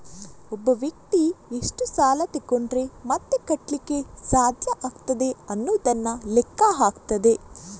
ಒಬ್ಬ ವ್ಯಕ್ತಿ ಎಷ್ಟು ಸಾಲ ತಗೊಂಡ್ರೆ ಮತ್ತೆ ಕಟ್ಲಿಕ್ಕೆ ಸಾಧ್ಯ ಆಗ್ತದೆ ಅನ್ನುದನ್ನ ಲೆಕ್ಕ ಹಾಕ್ತದೆ